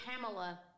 Pamela